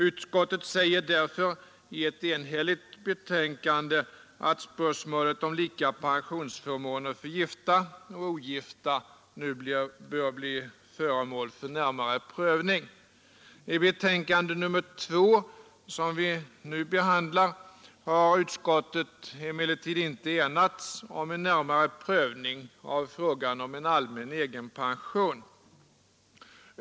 Utskottet säger därför i ett enhälligt betänkande att spörsmålet om lika pensionsförmåner för gifta och ogifta nu bör bli föremål för närmare prövning. I betänkandet nr 4, som vi nu behandlar, har utskottet emellertid inte enats om en närmare prövning av frågan om en allmän egenpension.